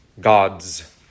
God's